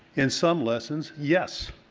in some lessons yes.